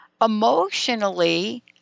emotionally